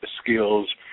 skills